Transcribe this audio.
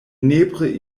nepre